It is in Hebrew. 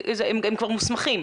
הם כבר מוסמכים.